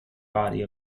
body